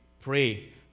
pray